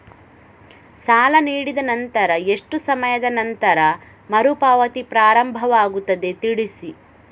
ಸಾಲ ನೀಡಿದ ನಂತರ ಎಷ್ಟು ಸಮಯದ ನಂತರ ಮರುಪಾವತಿ ಪ್ರಾರಂಭವಾಗುತ್ತದೆ ತಿಳಿಸಿ?